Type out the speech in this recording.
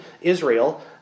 Israel